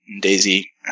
Daisy